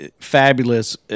fabulous